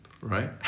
right